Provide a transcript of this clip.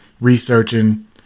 researching